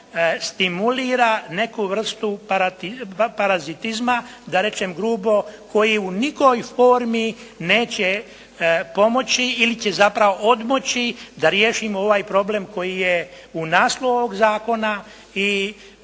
neku vrstu parazitizma da rečem grubo, koji u nikoj formi neće pomoći ili će zapravo odmoći da riješimo ovaj problem koji je u naslovu ovog zakona i